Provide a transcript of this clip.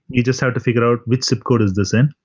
you just have to figure out which zip code is this in.